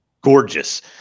gorgeous